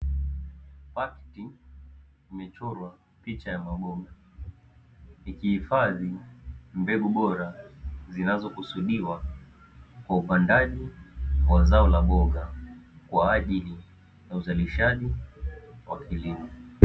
Pakiti imechorwa picha ya maboga ikihifadhi mbegu bora, zinazokusudiwa kwa upandaji wa zao la boga kwa ajili ya uzalishaji wa kilimo.